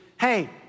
Hey